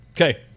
Okay